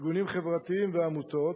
ארגונים חברתיים ועמותות,